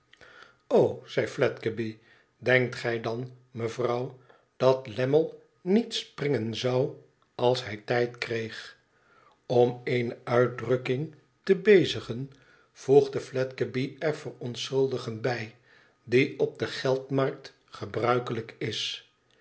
zei fiedgeby i denkt gij dan mevrouw dat lammie niet springen zou als hij tijd kreeg om eene uitdrukking te bezigen voedde fiedgeby er verontschuldigend bij i die op de geldmarkt gebruikelijk is